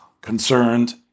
concerned